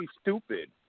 stupid